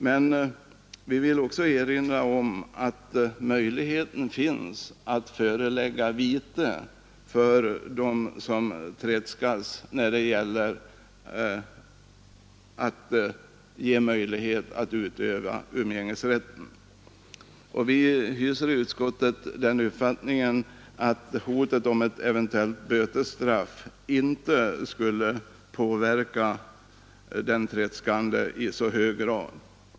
Men vi vill också erinra om att möjligheten finns att förelägga dem vite som tredskas när det gäller att ge möjlighet att utöva umgängesrätten. I utskottet hyser vi den uppfattningen att hotet om ett eventuellt bötesstraff inte skulle påverka den tredskande i särskilt hög grad.